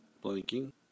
blinking